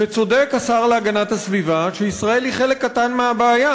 וצודק השר להגנת הסביבה שישראל היא חלק קטן מהבעיה,